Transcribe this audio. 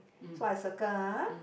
so I circle ah